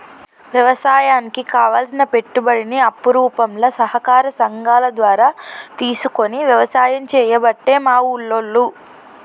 వ్యవసాయానికి కావలసిన పెట్టుబడిని అప్పు రూపంల సహకార సంగాల ద్వారా తీసుకొని వ్యసాయం చేయబట్టే మా ఉల్లోళ్ళు